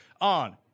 on